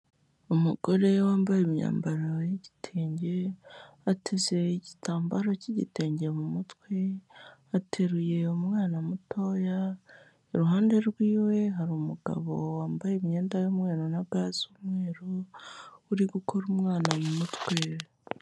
Umugore wambaye imyambaro y'igitenge, ateseze igitambaro cy'igitenge mu mutwe, ateruye umwana mutoya, iruhande rwiwe hari umugabo wambaye imyenda y'umweru na ga z'umweru, uri gukora umwana mu mutwe.